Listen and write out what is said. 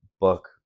book